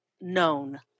known